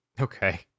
Okay